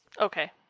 okay